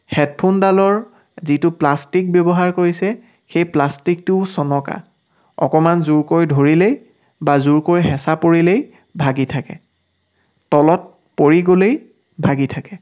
হেডফোনডালৰ যিটো প্লাষ্টিক ব্যৱহাৰ কৰিছে সেই প্লাষ্টিকটোও চনকা অকণমান জোৰ কৰি ধৰিলেই বা জোৰ কৰি হেঁচা পৰিলেই ভাগি থাকে তলত পৰি গ'লেই ভাগি থাকে